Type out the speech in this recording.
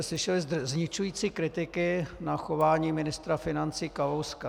Slyšeli jste zničující kritiky na chování ministra financí Kalouska.